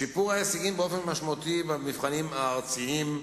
שיפור ההישגים באופן משמעותי במבחנים הארציים,